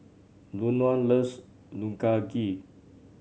Luann loves Unagi